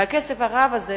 והכסף הרב הזה